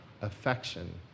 affection